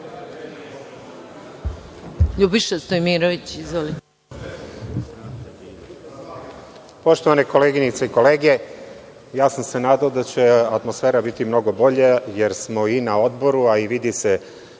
Ljubiša Stojmirović. Izvolite.